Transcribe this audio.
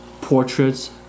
portraits